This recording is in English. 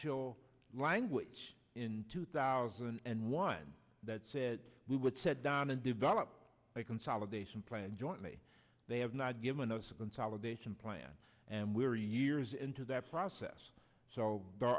l language in two thousand and one that said we would set down and develop a consolidation plan jointly they have not given us a consolidation plan and we're years into that process so there